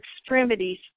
extremities